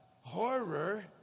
horror